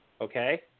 okay